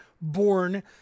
born